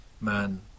man